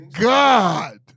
god